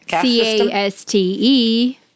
C-A-S-T-E